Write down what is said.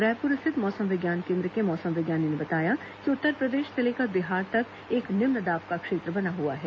रायपुर स्थित मौसम विज्ञान केन्द्र के मौसम विज्ञानी ने बताया कि उत्तरप्रदेश से लेकर बिहार तक एक निम्न दाब का क्षेत्र बना हुआ है